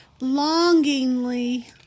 Longingly